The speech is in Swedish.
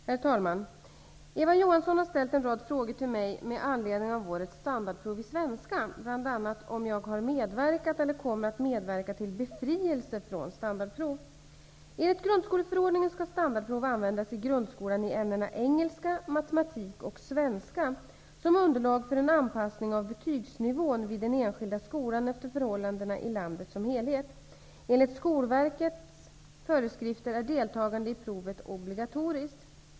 Herr talman! Eva Johansson har ställt en rad frågor till mig med anledning av årets standardprov i svenska, bl.a. om jag har medverkat eller kommer att medverka till befrielse från standardprov. Enligt grundskoleförordningen skall standardprov användas i grundskolan i ämnena engelska, matematik och svenska som underlag för en anpassning av betygsnivån vid den enskilda skolan efter förhållandena i landet som helhet. Enligt Skolverkets föreskrifter är deltagande i proven obligatoriskt.